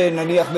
נניח,